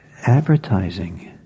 advertising